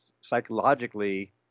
psychologically